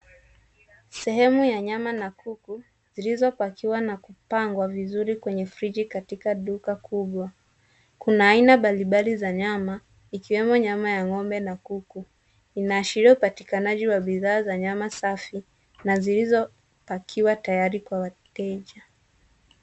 Sehemu ya nyama na kuku zilizopakiwa na kupangwa vizuri kwenye friji katika duka kubwa. Kuna aina mbalimbali za nyama, ikiwemo nyama ya ng'ombe na kuku. Inaashiria upatikanaji wa bidhaa za nyama safi na zilizopakiwa tayari kwa wateja.